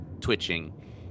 twitching